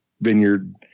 vineyard